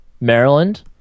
Maryland